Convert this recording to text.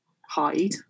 hide